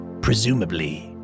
Presumably